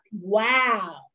Wow